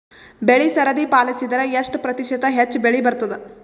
ಬೆಳಿ ಸರದಿ ಪಾಲಸಿದರ ಎಷ್ಟ ಪ್ರತಿಶತ ಹೆಚ್ಚ ಬೆಳಿ ಬರತದ?